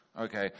okay